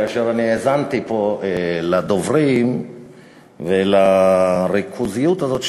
כאשר אני האזנתי פה לדוברים על הריכוזיות הזאת,